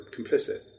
complicit